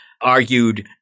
argued